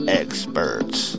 experts